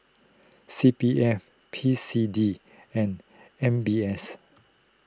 C P F P S D and M B S